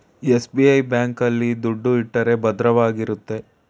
SBI bank ಆಲ್ಲಿ ದುಡ್ಡು ಇಟ್ಟರೆ ಭದ್ರವಾಗಿರುತ್ತೆ